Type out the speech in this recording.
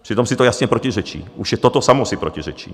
Přitom si to jasně protiřečí, už i toto samo si protiřečí.